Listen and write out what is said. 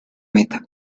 meta